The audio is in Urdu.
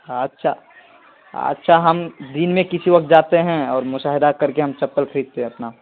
ہاں اچھا اچھا ہم دن میں کسی وقت جاتے ہیں اور مشاہدہ کر کے ہم چپل خریدتے ہیں اپنا